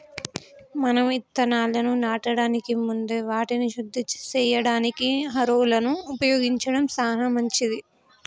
మనం ఇత్తనాలను నాటడానికి ముందే వాటిని శుద్ది సేయడానికి హారొలను ఉపయోగించడం సాన మంచిది